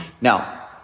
Now